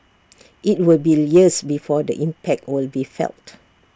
IT will be years before the impact will be felt